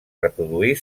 reproduir